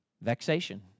Vexation